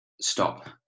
stop